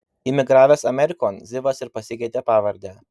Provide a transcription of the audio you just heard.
imigravęs amerikon zivas ir pasikeitė pavardę